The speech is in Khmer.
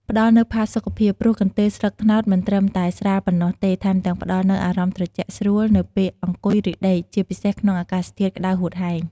ផ្ដល់នូវផាសុខភាព ព្រោះកន្ទេលស្លឹកត្នោតមិនត្រឹមតែស្រាលប៉ុណ្ណោះទេ ថែមទាំងផ្តល់នូវអារម្មណ៍ត្រជាក់ស្រួលនៅពេលអង្គុយ ឬដេក ជាពិសេសក្នុងអាកាសធាតុក្តៅហួតហែង។